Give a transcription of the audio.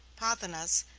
pothinus,